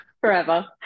Forever